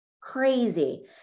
crazy